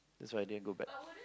so I didn't go back